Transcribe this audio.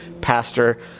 pastor